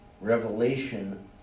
revelation